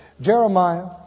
Jeremiah